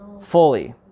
fully